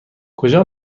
کجا